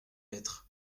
être